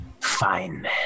Fine